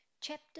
Chapter